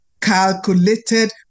calculated